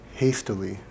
hastily